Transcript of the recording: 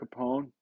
Capone